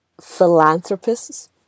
Philanthropists